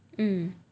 hmm